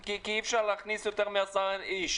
כי אי אפשר להכניס יותר מ-10 איש,